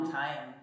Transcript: time